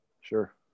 Sure